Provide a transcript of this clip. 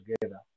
together